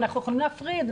אנחנו יכולים להפריד,